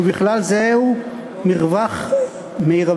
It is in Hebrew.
ובכלל זה מהו מרווח מרבי.